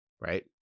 right